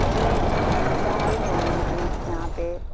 ابھی فی الحال میں ہوں یہاں پہ